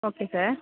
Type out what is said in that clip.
okay sir